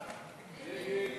יעקב מרגי